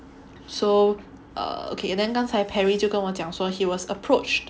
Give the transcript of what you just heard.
so err okay then 刚才 Perry 就跟我讲说 he was approached